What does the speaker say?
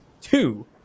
two